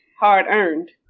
hard-earned